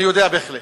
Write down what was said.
אני יודע בהחלט.